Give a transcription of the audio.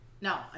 No